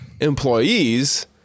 employees